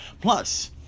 Plus